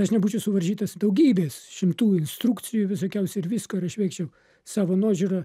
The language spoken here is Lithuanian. aš nebūčiau suvaržytas daugybės šimtų instrukcijų visokiausių ir visko ir aš veikčiau savo nuožiūra